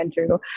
andrew